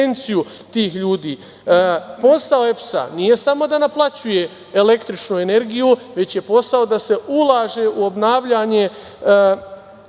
ljudi. Posao EPS-a nije samo da naplaćuje električnu energiju, već je posao da se ulaže u obnavljanje mreže.